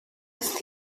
few